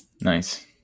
Nice